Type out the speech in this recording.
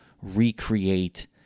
recreate